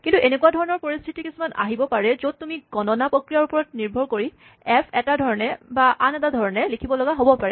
কিন্তু এনেকুৱা ধৰণৰ পৰিস্হিতি কিছুমান আহিব পাৰে য'ত তুমি গণনাৰ প্ৰক্ৰিয়াৰ ওপৰত নিৰ্ভৰ কৰি এফ এটা ধৰণে বা আন এটা ধৰণে লিখিব লগা হ'ব পাৰে